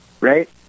right